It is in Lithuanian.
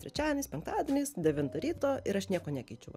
trečiadieniais penktadieniais devintą ryto ir aš nieko nekeičiu va